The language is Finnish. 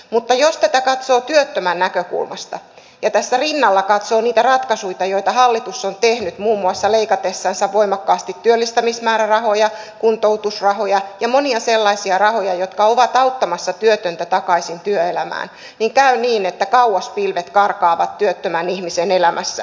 mutta jos tätä katsoo työttömän näkökulmasta ja tässä rinnalla katsoo niitä ratkaisuita joita hallitus on tehnyt muun muassa leikatessansa voimakkaasti työllistämismäärärahoja kuntoutusrahoja ja monia sellaisia rahoja jotka ovat auttamassa työtöntä takaisin työelämään niin käy niin että kauas pilvet karkaavat työttömän ihmisen elämässä